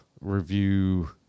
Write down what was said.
review